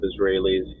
Israelis